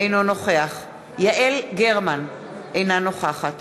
אינו נוכח יעל גרמן, אינה נוכחת